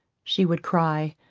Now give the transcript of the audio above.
she would cry,